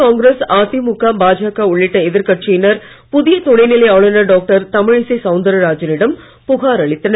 காங்கிரஸ் அதிமுக பாஜக உள்ளிட்ட எதிர் கட்சியினர் புதிய துணைநிலை ஆளுநர் டாக்டர் தமிழிசை சவுந்தரராஜனிடம் புகார் அளித்தனர்